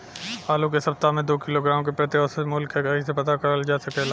आलू के सप्ताह में दो किलोग्राम क प्रति औसत मूल्य क कैसे पता करल जा सकेला?